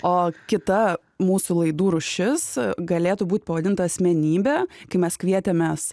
o kita mūsų laidų rūšis galėtų būt pavadinta asmenybe kai mes kvietėmės